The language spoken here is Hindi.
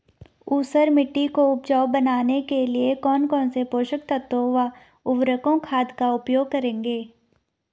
ऊसर मिट्टी को उपजाऊ बनाने के लिए कौन कौन पोषक तत्वों व उर्वरक खाद का उपयोग करेंगे?